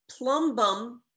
plumbum